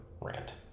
rant